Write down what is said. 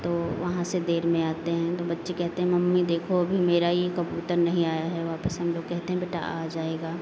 तो वहाँ से देर में आते हैं तो बच्चे कहते हैं मम्मी देखो अभी मेरा ये कबूतर नहीं आया है वापस हम लोग कहते हैं बेटा आ जाएगा